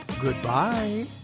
Goodbye